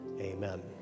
amen